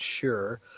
sure